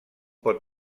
pot